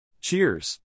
Cheers